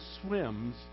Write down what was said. swims